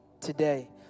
today